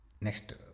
Next